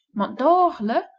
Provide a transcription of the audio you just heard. mont d'or, le,